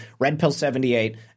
redpill78